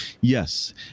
Yes